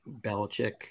Belichick